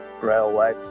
railway